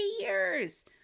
years